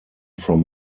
from